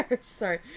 Sorry